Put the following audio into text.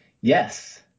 Yes